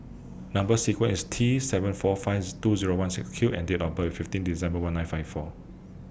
Number sequence IS T seven four fives two Zero one six Q and Date of birth IS fifteen December one nine five four